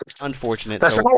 Unfortunate